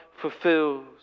fulfills